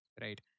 Right